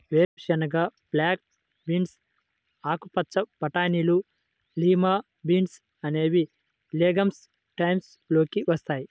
వేరుశెనగ, black beans, ఆకుపచ్చ బటానీలు, లిమా బీన్స్ అనేవి లెగమ్స్ టైప్స్ లోకి వస్తాయి